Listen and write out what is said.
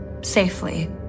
safely